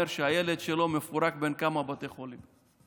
שהילד שלו "מפורק בין כמה בתי חולים";